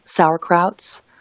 sauerkrauts